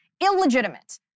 illegitimate